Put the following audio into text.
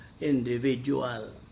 individual